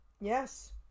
Yes